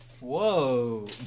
Whoa